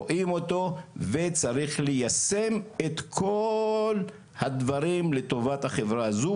רואים אותו וצריך ליישם את כל הדברים לטובת החברה הזו,